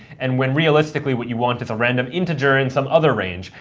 and when realistically what you want is a random integer in some other range.